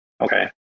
Okay